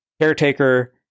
Caretaker